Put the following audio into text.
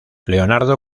leonardo